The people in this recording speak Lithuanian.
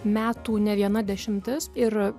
metų ne viena dešimtis ir